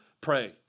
pray